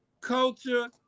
culture